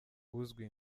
uzwi